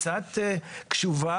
קצת יותר קשובה.